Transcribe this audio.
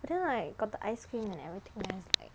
but then like got the ice cream and everything eh like